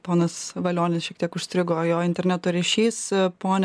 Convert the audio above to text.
ponas valionis šiek tiek užstrigo jo interneto ryšys pone